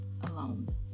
alone